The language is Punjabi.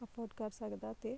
ਅਫੋਰਡ ਕਰ ਸਕਦਾ ਅਤੇ